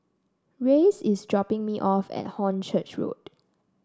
Reyes is dropping me off at Hornchurch Road